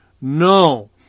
No